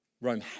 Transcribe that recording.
Rome